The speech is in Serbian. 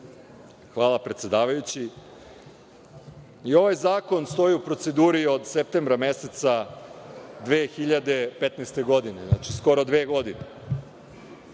Hvala predsedavajući.I ovaj zakon stoji u proceduri od septembra meseca 2015. godine, znači skoro dve godine.